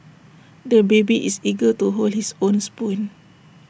the baby is eager to hold his own spoon